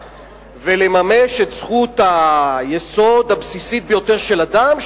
ולממש את זכות היסוד הבסיסית ביותר של אדם,